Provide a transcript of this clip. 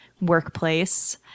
workplace